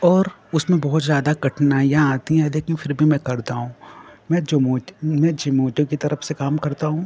और उसमें बहुत ज़्यादा कठिनाइयाँ आती हैं लेकिन फिर भी मैं करता हूँ मैं जोमोत मैं जिमोटो की तरफ से काम करता हूँ